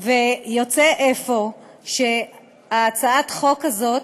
יוצא אפוא שהצעת החוק הזאת